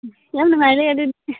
ꯌꯥꯝ ꯅꯨꯡꯉꯥꯏꯔꯦ ꯑꯗꯨꯗꯤ